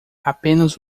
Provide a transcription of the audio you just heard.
apenas